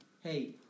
hey